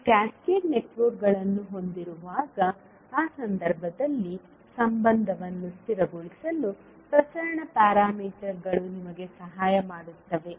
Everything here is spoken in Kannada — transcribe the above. ನೀವು ಕ್ಯಾಸ್ಕೇಡ್ ನೆಟ್ವರ್ಕ್ಗಳನ್ನು ಹೊಂದಿರುವಾಗ ಆ ಸಂದರ್ಭಗಳಲ್ಲಿ ಸಂಬಂಧವನ್ನು ಸ್ಥಿರಗೊಳಿಸಲು ಪ್ರಸರಣ ಪ್ಯಾರಾಮೀಟರ್ಗಳು ನಿಮಗೆ ಸಹಾಯ ಮಾಡುತ್ತವೆ